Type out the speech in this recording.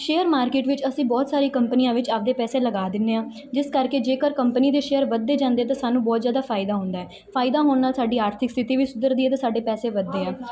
share market ਵਿੱਚ ਅਸੀਂ ਬਹੁਤ ਸਾਰੀ ਕੰਪਨੀਆਂ ਵਿੱਚ ਆਪਦੇ ਪੈਸੇ ਲਗਾ ਦਿੰਦੇ ਹਾਂ ਜਿਸ ਕਰਕੇ ਜੇਕਰ ਕੰਪਨੀ ਦੇ ਸ਼ੇਅਰ ਵਧਦੇ ਜਾਂਦੇ ਤਾਂ ਸਾਨੂੰ ਬਹੁਤ ਜ਼ਿਆਦਾ ਫਾਇਦਾ ਹੁੰਦਾ ਫਾਇਦਾ ਹੋਣ ਨਾਲ ਸਾਡੀ ਆਰਥਿਕ ਸਥਿਤੀ ਵੀ ਸੁਧਰਦੀ ਹੈ ਅਤੇ ਸਾਡੇ ਪੈਸੇ ਵੱਧਦੇ ਆ